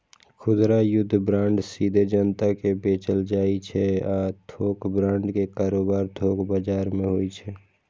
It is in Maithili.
खुदरा युद्ध बांड सीधे जनता कें बेचल जाइ छै आ थोक बांड के कारोबार थोक बाजार मे होइ छै